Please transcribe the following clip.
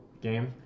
game